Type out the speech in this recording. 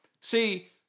See